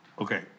Okay